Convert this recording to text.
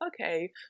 okay